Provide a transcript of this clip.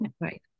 right